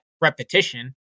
repetition